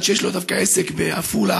אחד שיש לו דווקא עסק בעפולה,